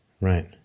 right